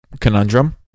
conundrum